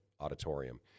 auditorium